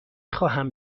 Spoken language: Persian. خواهم